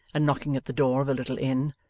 and knocking at the door of a little inn.